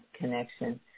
connection